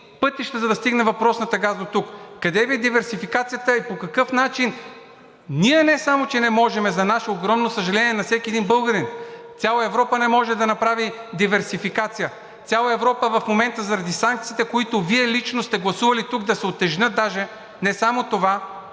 пътища, за да стигне въпросният газ дотук. Къде Ви е диверсификацията и по какъв начин – ние не само че не можем, за наше огромно съжаление, на всеки един българин, цяла Европа не може да направи диверсификация, цяла Европа в момента заради санкциите, които Вие лично сте гласували тук да се утежнят даже – не само това,